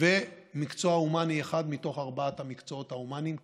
ומקצוע הומני אחד מתוך ארבעת המקצועות ההומניים כחובה.